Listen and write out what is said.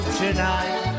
tonight